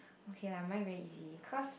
okay lah mine very easy cause